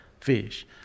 fish